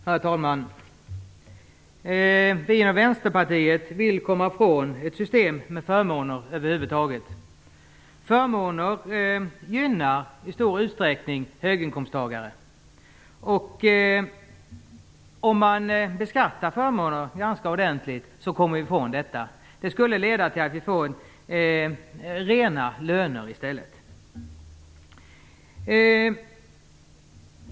Herr talman! Vi i Vänsterpartiet vill över huvud taget komma ifrån ett system med förmåner. Förmåner gynnar i stor utsträckning höginkomsttagare. Om man beskattar förmåner ganska ordentligt kommer vi ifrån detta. Det skulle leda till att vi får rena löner i stället.